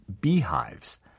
beehives